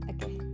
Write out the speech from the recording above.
Okay